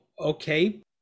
okay